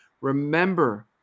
remember